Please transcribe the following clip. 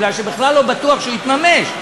כי בכלל לא בטוח שהוא יתממש,